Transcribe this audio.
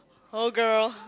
oh girl